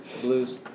Blues